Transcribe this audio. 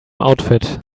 outfit